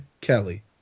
Kelly